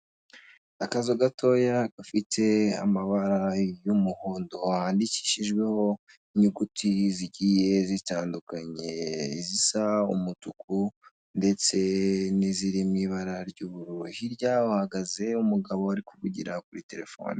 Akazu gatoya gafite amabara y'umuhondo handikishijweho inyuguti zigiye zitandukanye izisa umutuku ndetse ni ziri mu ibara ry'ubururu hirya hahagaze umugabo uri kuvugira kuri telefone.